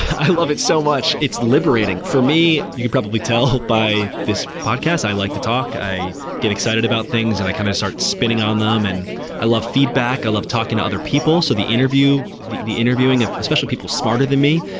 i love it so much, it's liberating. for me, you could probably tell by this podcast, i like to talk, i get excited about things and i kind of start spinning on them. and i love feedback. i love talking to other people. so the interview the the interviewing of especially people smarter than me,